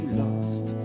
lost